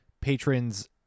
patrons